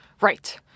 Right